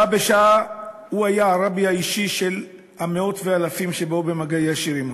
בה בשעה הוא היה הרבי האישי של מאות ואלפים שבאו במגע ישיר עמו.